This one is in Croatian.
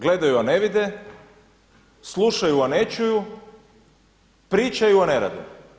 Gledaju a ne vide, slušaju a ne čuju, pričaju a ne rade.